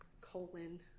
colon